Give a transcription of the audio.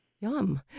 Yum